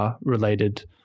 related